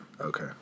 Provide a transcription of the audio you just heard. Okay